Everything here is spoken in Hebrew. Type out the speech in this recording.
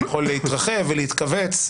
הוא יכול להתרחב ולהתכווץ.